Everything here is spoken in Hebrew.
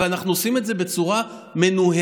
אנחנו עושים את זה בצורה מנוהלת,